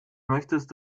möchtest